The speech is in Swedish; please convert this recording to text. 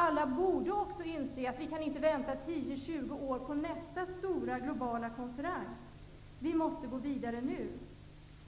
Alla borde också inse att vi inte kan vänta 10--20 år på nästa stora globala konferens. Vi måste gå vidare nu.